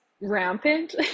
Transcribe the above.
rampant